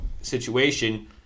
situation